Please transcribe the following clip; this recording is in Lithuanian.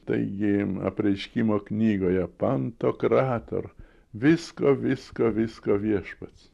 taigi apreiškimo knygoje panto krator visko visko visko viešpats